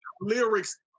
lyrics